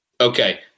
Okay